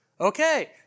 Okay